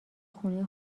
خونه